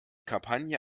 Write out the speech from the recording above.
kampagne